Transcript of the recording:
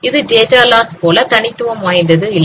அது data loss போல தனித்துவம் வாய்ந்த இல்லை